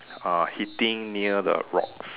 uh hitting near the rocks